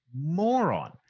Moron